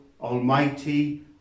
almighty